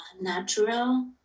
natural